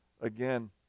again